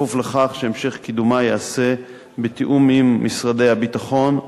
בכפוף לכך שהמשך קידומה ייעשה בתיאום עם משרדי הביטחון,